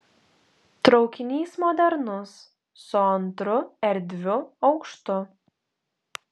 traukinys modernus su antru erdviu aukštu